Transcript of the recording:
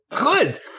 good